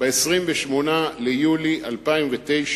ב-28 ביולי 2009,